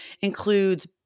includes